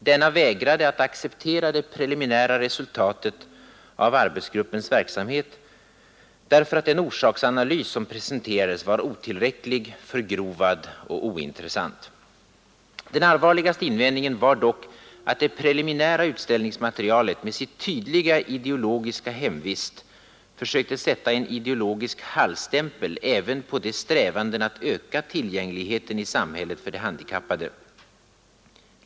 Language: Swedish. Denna vägrade att acceptera det preliminära resultatet av arbetsgruppens verksamhet därför att den orsaksanalys som presenterades var otillräcklig, förgrovad och ointressant. Den allvarligaste invändningen var dock att det preliminära utställningsmaterialet med sitt tydliga ideologiska hemvist försökte sätta en ideologisk hallstämpel även på strävandena att öka tillgängligheten i samhället för de handikappade.